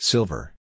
Silver